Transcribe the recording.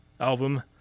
album